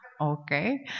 Okay